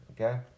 okay